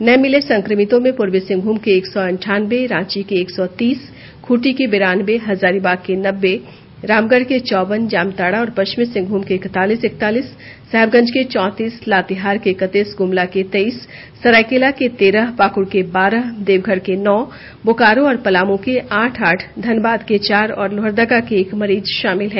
नए मिले संक्रमितों में पूर्वी सिंहभूम के एक सौ अंठानबे रांची के एक सौ तीस खूंटी के बेरानबे हजारीबाग के नब्बे रामगढ़ के चौवन जामताड़ा और पश्चिमी सिंहभूम के इकतालीस इकतालीस साहेबगंज के चौतीस लातेहार के इकतीस गुमला के तेईस सरायकेला के तेरह पाकुड़ के बारह देवघर के नौ बोकारो और पलामु के आठ आठ धनबाद के चार लोहरदगा के एक मरीज शामिल हैं